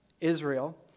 Israel